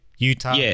Utah